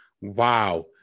wow